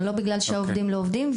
זה לא בגלל שהעובדים לא עובדים,